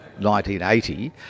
1980